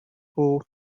who